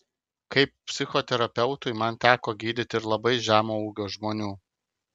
kaip psichoterapeutui man teko gydyti labai žemo ūgio žmonių